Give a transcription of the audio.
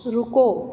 रुको